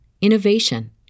innovation